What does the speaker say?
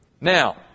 Now